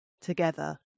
Together